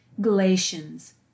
Galatians